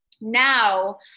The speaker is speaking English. Now